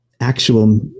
actual